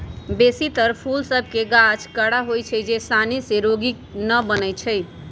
बेशी तर फूल सभ के गाछ कड़ा होइ छै जे सानी से रोगी न बनै छइ